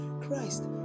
Christ